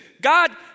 God